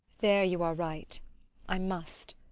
there you are right i must.